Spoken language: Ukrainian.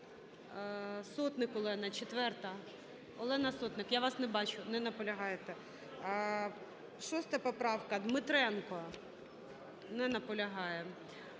Сотник Олена, 4-а. Олена Сотник, я вас не бачу. Не наполягаєте. 6 поправка, Дмитренко. Не наполягає.